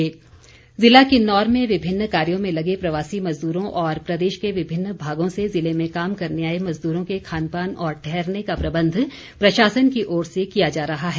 Kinnaur DC ज़िला किन्नौर में विभिन्न कार्यों में लगे प्रवासी मजदूरों और प्रदेश के विभिन्न भागों से ज़िले में काम करने आए मजदूरों के खानपान और ठहरने का प्रबंध प्रशासन की ओर से किया जा रहा है